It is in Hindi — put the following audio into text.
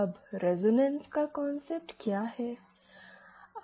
अब रेजोनेंस का कांसेप्ट क्या है